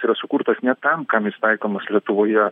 yra sukurtas ne tam kam jis taikomas lietuvoje